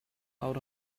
out